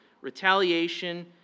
retaliation